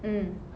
mm